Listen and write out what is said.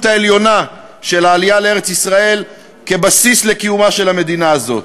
העליונה של העלייה לארץ-ישראל כבסיס לקיומה של המדינה הזאת,